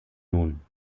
nun